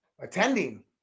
attending